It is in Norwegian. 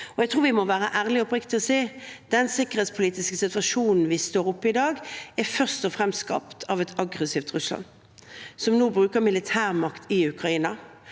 Jeg tror vi må være ærlige og oppriktige og si at den sikkerhetspolitiske situasjonen vi står oppi i dag, først og fremst er skapt av et aggressivt Russland, som nå bruker militærmakt i Ukraina,